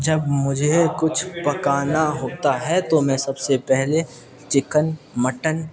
جب مجھے کچھ پکانا ہوتا ہے تو میں سب سے پہلے چکن مٹن